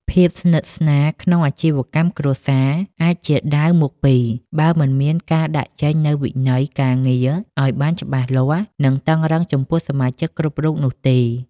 ភាពស្និទ្ធស្នាលក្នុងអាជីវកម្មគ្រួសារអាចជាដាវមុខពីរ បើមិនមានការដាក់ចេញនូវវិន័យការងារឱ្យបានច្បាស់លាស់ និងតឹងរ៉ឹងចំពោះសមាជិកគ្រប់រូបនោះទេ។